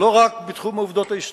לא רק בתחום העובדות ההיסטוריות,